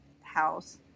house